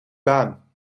baan